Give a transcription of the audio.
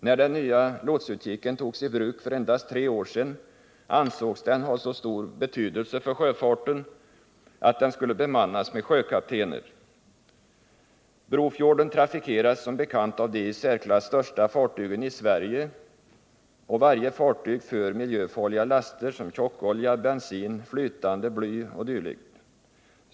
När den nya lotsutkiken togs i bruk för endast tre år sedan ansågs den ha så stor betydelse för sjötrafiken att den skulle bemannas med sjökaptener. Brofjorden trafikeras som bekant av de i särklass största fartygen i Sverige, och varje fartyg för miljöfarliga laster, såsom tjockolja, bensin och flytande bly.